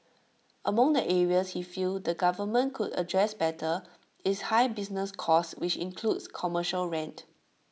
among the areas he feel the government could address better is high business costs which include commercial rent